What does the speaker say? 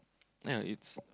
ya it's